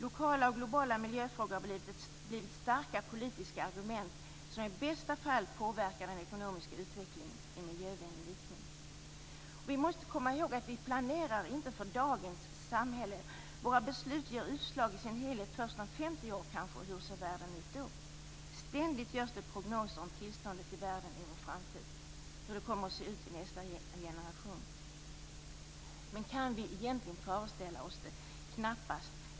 Lokala och globala miljöfrågor har blivit starka politiska argument som i bästa fall påverkar den ekonomiska utvecklingen i miljövänlig riktning. Vi måste komma ihåg att vi inte planerar för dagens samhälle. Våra beslut ger utslag i sin helhet först om kanske 50 år. Hur ser världen ut då? Ständigt görs det prognoser om tillståndet i världen i vår framtid, hur det kommer att se ut i nästa generation. Men kan vi egentligen föreställa oss det? Knappast.